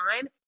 time